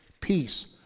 peace